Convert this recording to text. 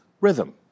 rhythm